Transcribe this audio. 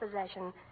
possession